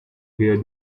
hear